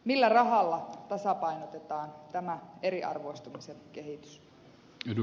millä rahalla tasapainotetaan tämä eriarvoistumisen kehitys